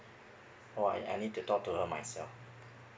or I I need to talk to her myself